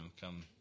come